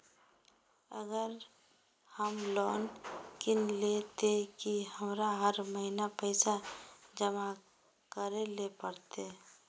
अगर हम लोन किनले ते की हमरा हर महीना पैसा जमा करे ले पड़ते?